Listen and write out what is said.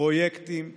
פרויקטים לאומיים.